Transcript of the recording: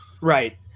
right